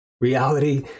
Reality